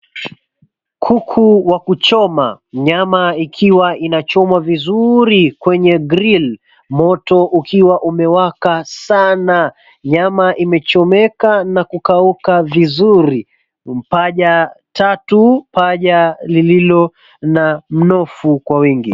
Kuku wa kuchoma nyama ikiwa inachomwa vizuri kwenye grill moto ukiwa umewaka sana. Nyama imechomeka na kukauka vizuri, mapaja tatu paja lilo na mnofu kwa wingi.